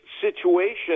situation